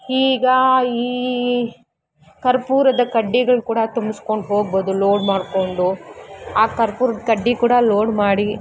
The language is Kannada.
ಈಗ ಈ ಕರ್ಪೂರದ ಕಡ್ಡಿಗಳು ಕೂಡ ತುಂಬಿಸ್ಕೊಂಡ್ ಹೋಗ್ಬೋದು ಲೋಡ್ ಮಾಡಿಕೊಂಡು ಆ ಕರ್ಪೂರದ ಕಡ್ಡಿ ಕೂಡ ಲೋಡ್ ಮಾಡಿ